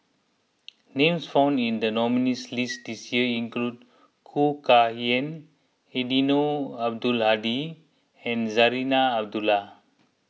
names found in the nominees' list this year include Khoo Kay Hian Eddino Abdul Hadi and Zarinah Abdullah